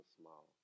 smile